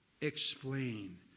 Explain